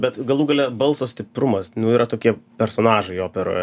bet galų gale balso stiprumas nu yra tokie personažai operoj